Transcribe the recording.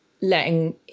letting